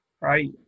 right